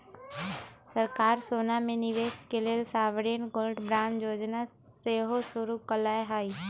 सरकार सोना में निवेश के लेल सॉवरेन गोल्ड बांड जोजना सेहो शुरु कयले हइ